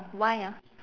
why ah